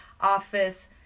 office